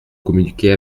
communiquer